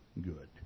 good